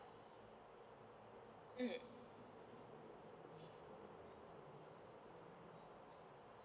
mm